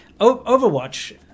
Overwatch